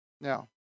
Now